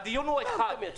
הדיון הוא אחד: